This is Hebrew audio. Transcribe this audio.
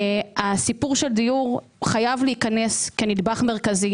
הסיפור של דיור חייב להיכנס כנדבך מרכזי.